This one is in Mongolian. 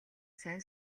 сайн